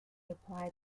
applied